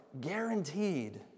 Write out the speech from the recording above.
guaranteed